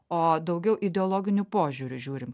o daugiau ideologiniu požiūriu žiūrim